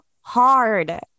hard